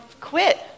quit